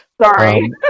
Sorry